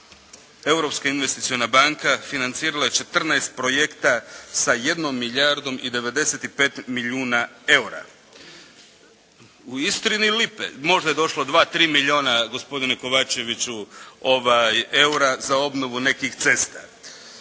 Europska investiciona banka financirala je četrnaest projekata sa 1 milijardom i 95 milijuna eura. U Istri ni lipe. Možda je došlo dva, tri milijuna gospodine Kovačeviću eura za obnovu nekih cesta.